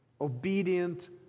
obedient